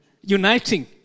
Uniting